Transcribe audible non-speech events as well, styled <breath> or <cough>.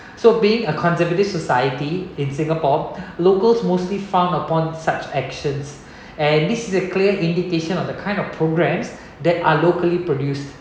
so being a conservative society in singapore <breath> locals mostly frown upon such actions and this is a clear indication of the kind of programs that are locally produced